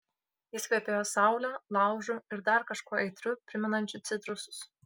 jis kvepėjo saule laužu ir dar kažkuo aitriu primenančiu citrusus